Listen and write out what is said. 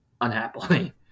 unhappily